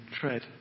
tread